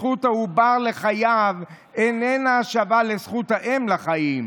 זכות העובר לחייו איננה שווה לזכות האם לחיים,